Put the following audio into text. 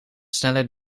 sneller